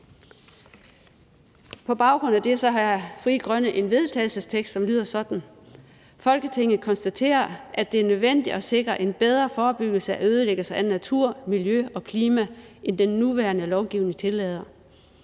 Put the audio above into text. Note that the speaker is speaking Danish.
På baggrund af det vil Frie Grønne fremsætte følgende: Forslag til vedtagelse »Folketinget konstaterer, at det er nødvendigt at sikre en bedre forebyggelse af ødelæggelser af natur, miljø og klima, end den nuværende lovgivning tillader.